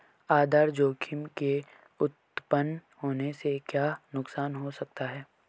आधार जोखिम के उत्तपन होने से क्या नुकसान हो सकता है?